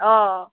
অঁ